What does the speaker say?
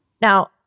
Now